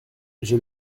j’ai